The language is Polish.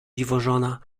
dziwożona